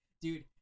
Dude